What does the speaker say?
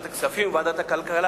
לוועדת הכספים ולוועדת הכלכלה,